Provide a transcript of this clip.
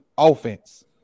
Offense